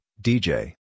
DJ